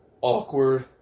awkward